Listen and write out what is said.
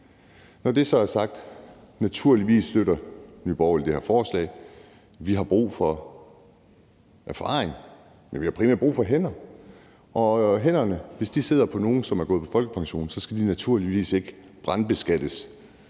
Når det så er sagt, støtter Nye Borgerlige naturligvis det her forslag. Vi har brug for erfaring, men vi har primært brug for hænder, og hvis hænderne sidder på nogle, som er gået på folkepension, skal de mennesker naturligvis ikke brandbeskattes.